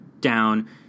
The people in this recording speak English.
down